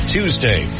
Tuesday